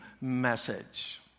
message